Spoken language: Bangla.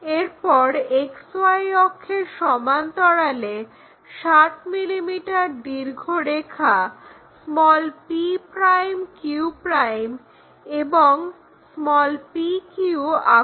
এরপর XY অক্ষের সমান্তরালে 60 mm দীর্ঘ রেখা p'q' এবং pq আঁকো